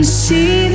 see